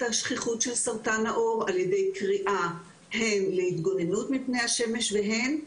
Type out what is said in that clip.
השכיחות של סרטן העור על-ידי קריאה הן להתגוננות מפני השמש והן,